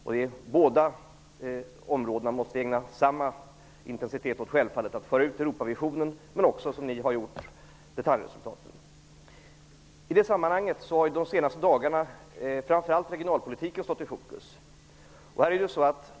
På båda områdena måste vi ägna samma energi åt att föra ut Europavisionen och att -- som ni har gjort -- föra ut detaljresultaten. Under de senaste dagarna har framför allt regionalpolitiken stått i fokus.